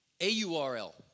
A-U-R-L